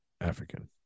African